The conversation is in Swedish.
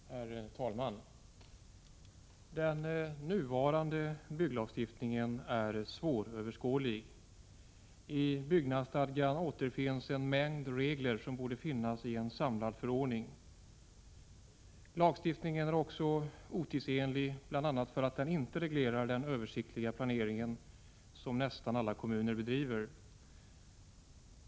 Herr talman! Den nuvarande bygglagstiftningen är svåröverskådlig. I byggnadsstadgan återfinns en mängd regler som borde finnas i en samlad förordning. Lagstiftningen är också otidsenlig, bl.a. därför att den inte reglerar den översiktliga planering som nästan alla kommuner bedriver.